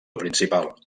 principal